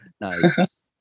Nice